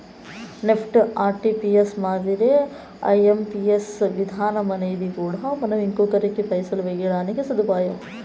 NEFT, RTGS మాదిరే IMPS విధానమనేది కూడా మనం ఇంకొకరికి పైసలు వేయడానికి సదుపాయం